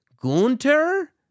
Gunter